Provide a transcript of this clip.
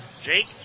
Jake